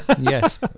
Yes